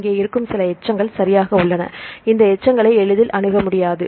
இங்கே இருக்கும் சில எச்சங்கள் சரியாக உள்ளன இந்த எச்சங்களை எளிதில் அணுக முடியாது